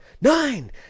nine